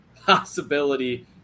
possibility